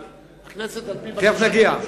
אבל הכנסת על-פי בקשת ממשלה.